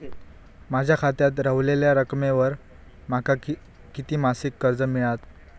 माझ्या खात्यात रव्हलेल्या रकमेवर माका किती मासिक कर्ज मिळात?